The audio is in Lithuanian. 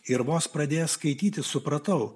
ir vos pradėjęs skaityti supratau